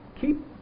keep